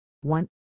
one